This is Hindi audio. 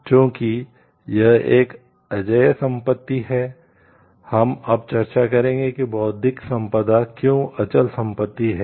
चूंकि यह एक अजेय संपत्ति है हम अब चर्चा करेंगे कि बौद्धिक संपदा क्यों अचल संपत्ति है